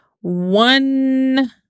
One